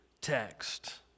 text